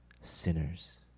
sinners